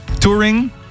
touring